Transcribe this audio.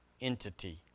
entity